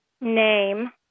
name